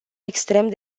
extrem